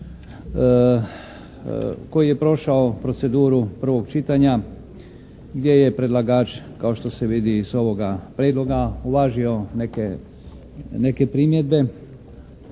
koji je prošao proceduru prvog čitanja gdje je predlagač kao što se vidi iz ovoga prijedloga uvažio neke primjedbe